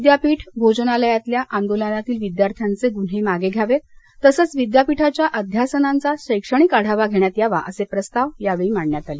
विद्यापीठ भोजनालयाच्या आंदोलनातील विद्यार्थ्यांचे गुन्हे मागे घ्यावेत तसच विद्यापीठाच्या अध्यासनांचा शैक्षणिक आढावा घेण्यात यावा असे प्रस्ताव मांडण्यात आले